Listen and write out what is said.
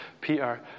Peter